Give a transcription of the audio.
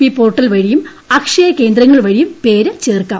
P portal വഴിയും അക്ഷയ കേന്ദ്രങ്ങൾ വഴിയും പേര് ചേർക്കാം